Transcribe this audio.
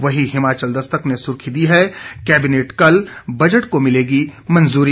वहीं हिमाचल दस्तक ने सुर्खी दी है कैबिनेट कल बजट को मिलेगी मंजूरी